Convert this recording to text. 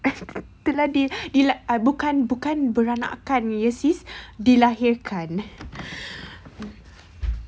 pernah di di bukan bukan beranakkan sis dilahirkan